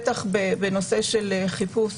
בטח בנושא של חיפוש